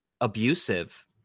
abusive